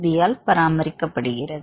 B பராமரிக்கப்படுகிறது